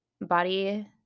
body